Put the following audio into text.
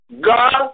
God